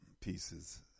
pieces